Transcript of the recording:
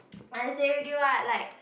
I say already what like